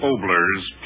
Obler's